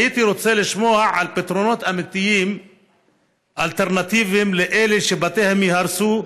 הייתי רוצה לשמוע על פתרונות אלטרנטיביים אמיתיים לאלה שבתיהם ייהרסו,